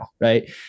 right